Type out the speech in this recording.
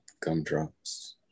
gumdrops